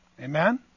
Amen